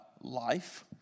life